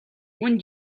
мөн